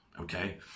okay